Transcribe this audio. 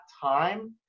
time